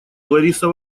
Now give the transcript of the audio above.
лариса